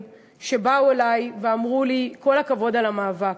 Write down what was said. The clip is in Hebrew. שבאו אלי ואמרו לי: כל הכבוד על המאבק.